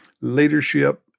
leadership